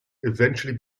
eventually